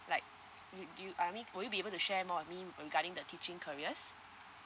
like you you I mean will you be able to share more on me regarding the teaching careers